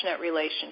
relationship